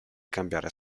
cambiare